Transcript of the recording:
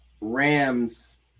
Rams